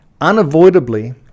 unavoidably